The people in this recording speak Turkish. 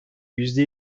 yüzde